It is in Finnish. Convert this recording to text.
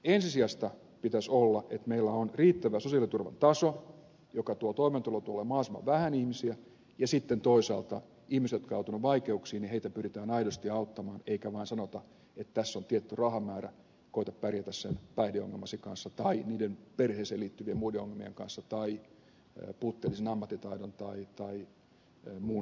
ensisijaista pitäisi olla että meillä on riittävä sosiaaliturvan taso joka tuo toimeentulotuelle mahdollisimman vähän ihmisiä ja sitten toisaalta ihmisiä jotka ovat joutuneet vaikeuksiin pyritään aidosti auttamaan eikä vaan sanota että tässä on tietty rahamäärä koeta pärjätä sen päihdeongelmaisen kanssa tai niiden perheeseen liittyvien muiden ongelmien kanssa tai puutteellisen ammattitaidon tai muun syrjäytymisriskin kanssa